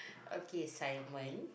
okay Simon